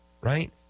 Right